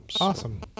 Awesome